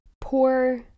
poor